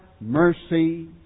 mercy